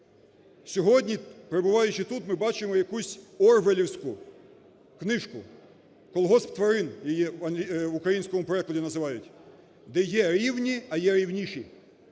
Сьогодні, перебуваючи тут, ми бачимо якусь орвеллівську книжку "Колгосп тварин", її в українському перекладі називають, де є рівні, а є рівніші,